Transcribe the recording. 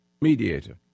Mediator